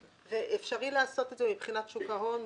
ואפשרי לעשות את זה מבחינת שוק ההון?